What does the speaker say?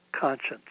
conscience